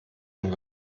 würde